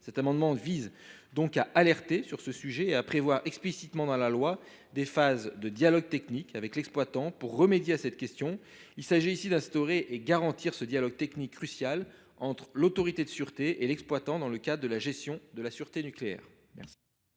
Cet amendement vise à alerter sur ce sujet et à prévoir explicitement, dans la loi, des phases de dialogue technique avec l’exploitant pour remédier à cette question. Il s’agit ici d’instaurer et de garantir ce dialogue technique crucial entre l’autorité de sûreté et l’exploitant dans le cadre de la gestion de la sûreté nucléaire.